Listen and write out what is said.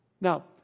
Now